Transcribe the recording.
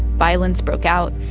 violence broke out,